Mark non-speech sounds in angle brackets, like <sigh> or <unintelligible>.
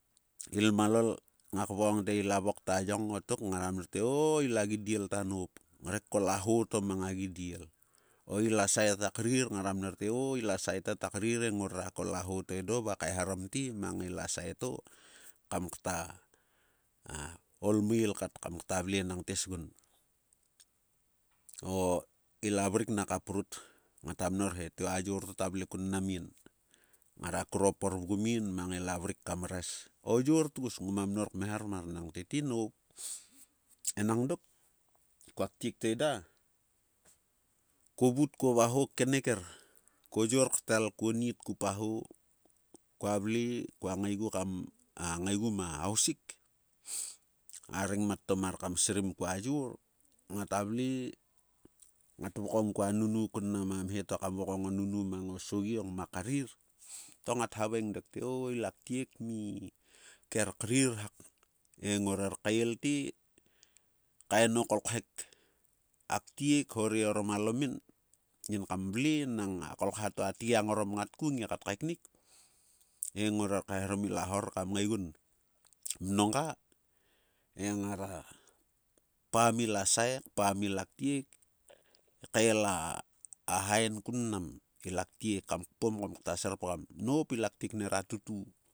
Ilmialol ngak vokong te ila vok ta yong o tok, ngara mnor te o-ila gidiel ta noup, ngarek kkol a ho to mang agidiel. Oila sae ta krir, ngara mnor te, o-ila sae ta, ta krir he ngruera kol a ho to edo va kaeharom te mang ila sae to kam kta <unintelligible> kaolmaeil kat, kam kta vle enang tiesgun. O-ila vrik naka prut, ngata mnor he teo ayor ta vle kun mnam in. Ngara kruopor vgum in mang ila vrik kam res. O yor tgus ngoma mnor kmeharmar nang tete voup. Enang dok, kua ktiek to edo, ko vut kuo va ho keneker. Ko yor ktal kuonit ku pa ho, kua vle, kua ngae gu kam a ngae gu ma hausik, a rengmat to mar kam srim kua yor, bgata vle, ngat vokong kua nunu kun mnam a mhe to kam vokong o nunu, mang o sogio ngma karrir, to ngat havaeng dok te o-ila ktiek tmi ker krir hak. He ngorer karl te, kaen o kolkhek aktiek hore orom alomin yin kam vle nang a kolkha to atgiang ngatku ngia kat kaeknik, he ngo rer kaeharom i la hor kam ngae gun m nonga, he ngara pam i la sae, kpam ila ktiek kaela <unintelligible> ain kun mnam ila ktiek kam kpom koim kta serpgam. Noup, ila ktiek nera tutu.